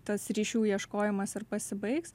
tas ryšių ieškojimas ir pasibaigs